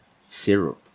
syrup